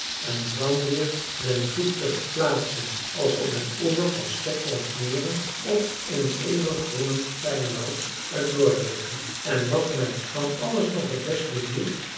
en dan weer den voet te verplaatsen als op den oever van schotlands meren of in een eeuwig groenend pijnwoud uit noorwegen en wat mij van alles nog het best beviel